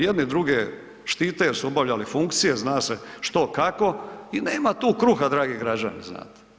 Jedni druge štite jer su obavljali funkcije, zna se što, kako i nema tu kruha, dragi građani, znate?